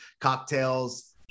cocktails